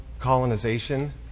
colonization